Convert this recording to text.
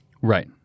Right